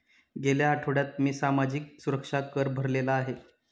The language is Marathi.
गेल्या आठवड्यात मी सामाजिक सुरक्षा कर भरलेला आहे